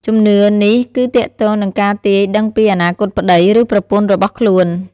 ជំនឿនេះគឺទាក់ទងនឹងការទាយដឹងពីអនាគតប្ដី ឬប្រពន្ធរបស់ខ្លួន។